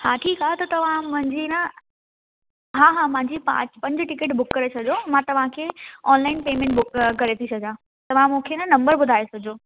हा त ठीकु आहे तव्हां मुंहिंजी न हा हा मुंहिंजी पंज टिकट बुक करे छॾो मां तव्हांखे ऑनलाइन पेमेंट बुक करे थी सघां तव्हां मूंखे न नंबर ॿुधाए छॾिजो